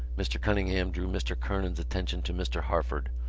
mr. cunningham drew mr. kernan's attention to mr. harford,